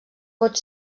pot